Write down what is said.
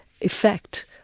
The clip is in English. effect